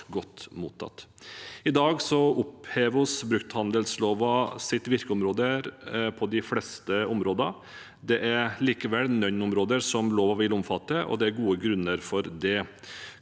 I dag opphever vi brukthandellovens virkeområde på de fleste områder. Det er likevel noen områder som loven vil omfatte, og det er gode grunner for det.